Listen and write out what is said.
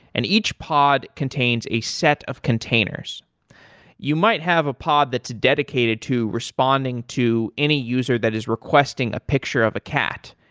and each pod contains a set of containers you might have a pod that's dedicated to responding to any user that is requesting a picture of a cat.